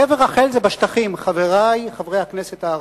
קבר רחל זה בשטחים, חברי חברי הכנסת הערבים.